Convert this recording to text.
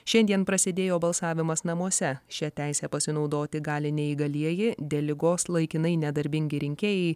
šiandien prasidėjo balsavimas namuose šia teise pasinaudoti gali neįgalieji dėl ligos laikinai nedarbingi rinkėjai